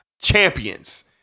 champions